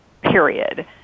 period